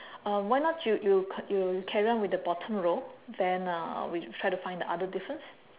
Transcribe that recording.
um why not you you you carry on with the bottom row then uh we try to find the other difference